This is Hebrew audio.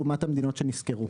לעומת המדינות שנסקרו",